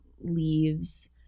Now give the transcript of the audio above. leaves